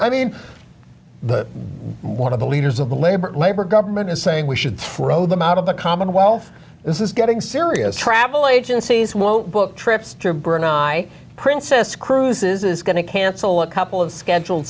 i mean the one of the leaders of the labor labor government is saying we should throw them out of the commonwealth this is getting serious travel agencies won't book trips to burne i princess cruises is going to cancel a couple of schedule